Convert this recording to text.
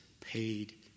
paid